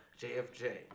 JFJ